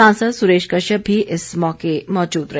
सांसद सुरेश कश्यप भी इस मौके मौजूद रहे